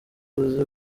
uzi